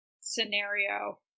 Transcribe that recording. scenario